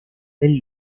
del